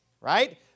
right